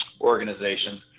organization